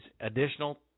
additional